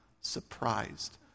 surprised